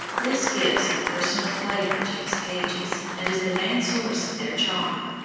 this gives a personal flavour to his pages, and is the main source of their charm.